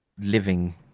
Living